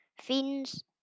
fiends